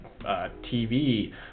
TV